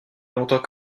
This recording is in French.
longtemps